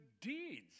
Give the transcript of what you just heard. deeds